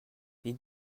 les